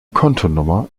kontonummer